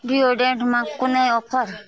डियोड्रेन्टमा कुनै अफर